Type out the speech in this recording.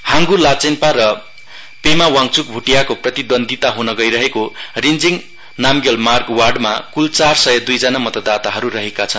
हाङ्गु लाचेनपा र पेमा वाहचुक भोटियाको प्रतिद्वनदिता ह्न गड्रहेको रिञ्जिङ नामग्याल मार्ग वार्डमा कूल चार सय दुईजना मतदाताहरू रहेका छन्